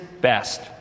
best